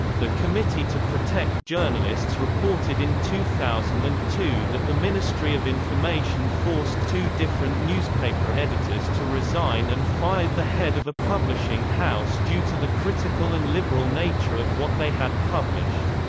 the committee to protect journalists reported in two thousand and two that the ministry of information forced two different newspaper editors to resign and fired the head of a publishing house due to the critical and liberal nature of what they had published.